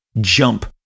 jump